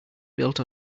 built